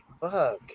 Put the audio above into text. fuck